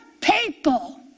people